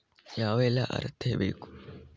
ಯಾವೆಲ್ಲ ಅರ್ಹತೆ ಬೇಕು?